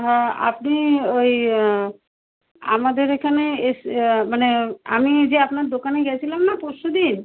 হ্যাঁ আপনি ওই আমাদের এখানে এসে মানে আমি যে আপনার দোকানে গিয়েছিলাম না পরশুদিন